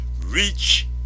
reach